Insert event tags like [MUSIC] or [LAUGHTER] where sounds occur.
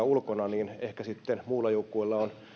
[UNINTELLIGIBLE] ulkona niin ehkä sitten muulla joukkueella on